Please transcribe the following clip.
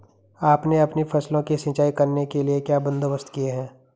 आपने अपनी फसलों की सिंचाई करने के लिए क्या बंदोबस्त किए है